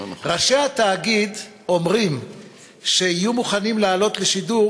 ראשי התאגיד אומרים שיהיו מוכנים לעלות לשידור